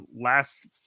last